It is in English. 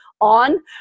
on